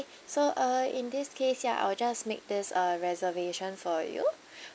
so uh in this case ya I'll just make this uh reservation for you